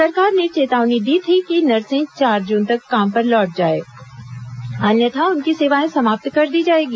सरकार ने चेतावनी दी थी कि नर्से चार जून तक काम पर लौट जाए अन्यथा उनकी सेवाएं समाप्त कर दी जाएगी